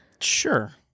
Sure